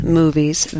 movies